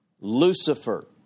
Lucifer